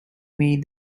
made